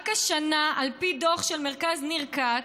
רק השנה, על פי דוח של מרכז ניר כץ,